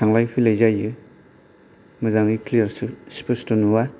थांलाय फैलाय जायो मोजांङै क्लियार स्पस्ट' नुआ